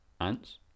ants